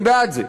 אני בעד זה.